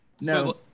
No